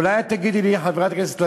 אולי את תגידי לי, חברת הכנסת לביא,